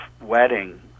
wedding